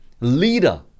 leader